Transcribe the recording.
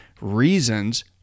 reasons